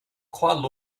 kuala